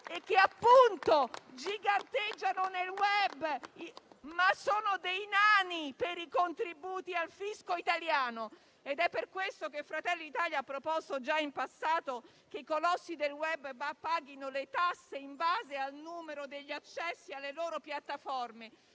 che giganteggiano nel *web*, ma sono dei nani per i contributi al fisco italiano. È per questo che Fratelli d'Italia ha proposto già in passato che i colossi del *web* paghino le tasse in base al numero degli accessi alle loro piattaforme